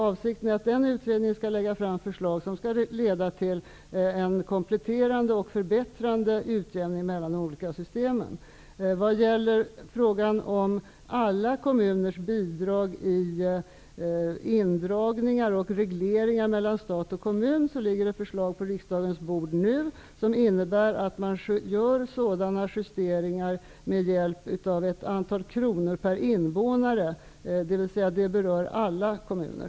Avsikten är att den utredningen skall lägga fram förslag som skall leda till en kompletterande och förbättrande utjämning mellan de olika systemen. Vad gäller frågan om alla kommuners bidrag i indragningar och regleringar mellan stat och kommun ligger det förslag på riksdagens bord nu som innebär att man gör sådana justeringar med hjälp av ett antal kronor per invånare, dvs. det berör alla kommuner.